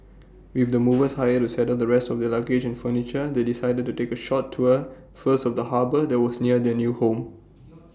with the movers hired to settle the rest of their luggage and furniture they decided to take A short tour first of the harbour that was near their new home